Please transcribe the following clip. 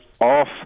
off